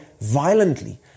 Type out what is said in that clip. violently